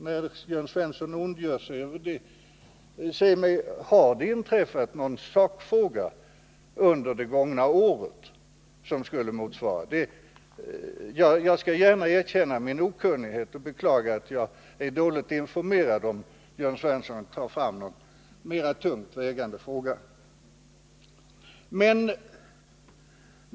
När Jörn Svensson ondgör sig över detta uttalande vill jag fråga: Har det i någon sakfråga under det gångna året inträffat någonting som gör detta utskottets uttalande oriktigt? Jag skall gärna erkänna min okunnighet och beklaga att jag är dåligt informerad, om Jörn Svensson kan ta fram någon mer tungt vägande fråga.